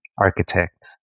Architect